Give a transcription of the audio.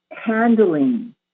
handling